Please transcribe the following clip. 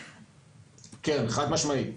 כן, חד משמעית.